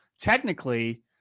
technically